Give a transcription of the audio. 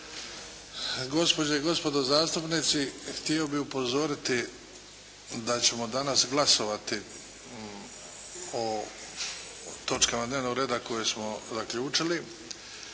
Gospođe i gospodo zastupnici, htio bih upozoriti da ćemo danas glasovati o točkama dnevnog reda koje smo zaključili.